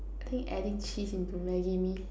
I think adding cheese into maggi mee